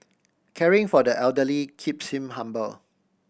caring for the elderly keeps him humble